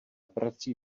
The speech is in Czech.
prací